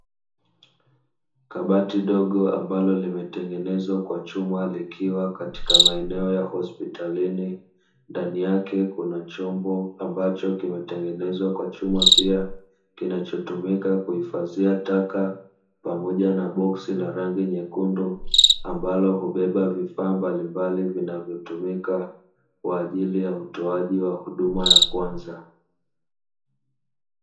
Kabati dogo ambalo limetengenezwa kwa chuma likiwa katika maeneo ya hospitalini, ndani yake kuna chombo ambacho kimetengenezwa kwa chuma pia kinachotumika kuhifadhia taka pamoja na boksi la rangi nyekundu ambalo hubeba vifaa mbalimbali vinavyotumika kwa ajili ya utoaji wa huduma ya kwanza.